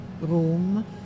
room